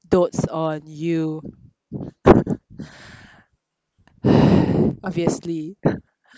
dotes on you !hais! obviously